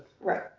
Right